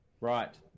right